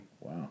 Wow